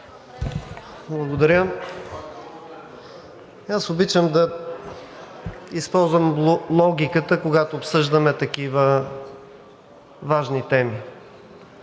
Благодаря. Аз обичам да използвам логиката, когато обсъждаме такива важни теми.